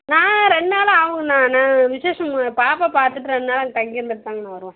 நான் ரெண்டு நாள் ஆகுங்கண்ணா நான் விஸேஷங்கண்ணா பாப்பா பார்த்துட்டு ரெண்டு நாள் அங்கே தங்கியிருந்துட்டுதாங்கண்ணா வருவோம்